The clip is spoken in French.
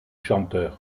chanteur